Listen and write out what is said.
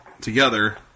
together